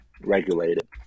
regulated